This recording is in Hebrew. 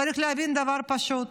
צריך להבין דבר פשוט,